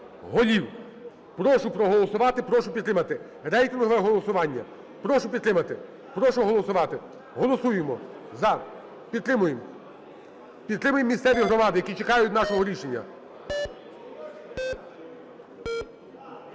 голів. Прошу проголосувати. Прошу підтримати. Рейтингове голосування. Прошу підтримати, прошу голосувати. Голосуємо "за", підтримуємо, підтримуємо місцеві громади, які чекають нашого рішення.